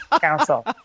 council